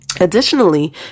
Additionally